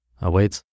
awaits